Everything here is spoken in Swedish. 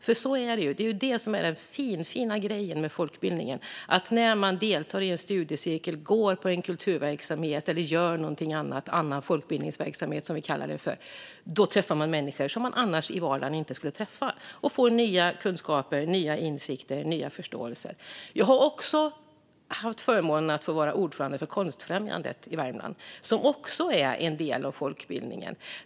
Det är ju det som är den finfina grejen med folkbildningen: När man deltar i en studiecirkel eller går på en kulturverksamhet eller annan folkbildningsverksamhet träffar man människor som man annars i vardagen inte skulle träffa. Då får man nya kunskaper, insikter och förståelser. Jag har också haft förmånen att få vara ordförande för Konstfrämjandet i Värmland, som också är en del av folkbildningen.